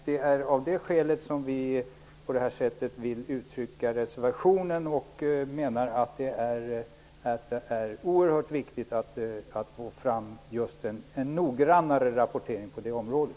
Det är av det skälet som vi i reservationen har uttryckt oss på det här sättet och menat att det är oerhört viktigt att få fram just en noggrannare rapportering på det området.